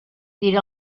diré